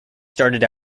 started